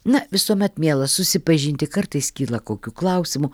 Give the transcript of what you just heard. na visuomet miela susipažinti kartais kyla kokių klausimų